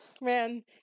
man